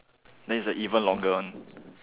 then it's the even longer one